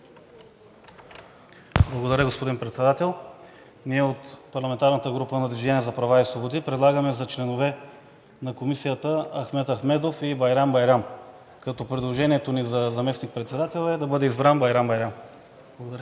Благодаря, господин Председател. От парламентарната група на „Движение за права и свободи“ предлагаме за членове на Комисията Ахмед Ахмедов и Байрам Байрам, като предложението ни за заместник-председател е да бъде избран Байрам Байрам. Благодаря.